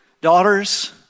daughters